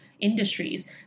industries